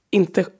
inte